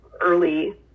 early